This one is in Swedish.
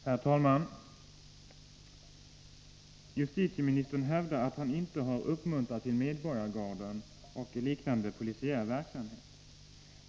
Herr talman! Justitieministern hävdar att han inte har uppmuntrat bildandet av medborgargarden och liknande polisiär verksamhet.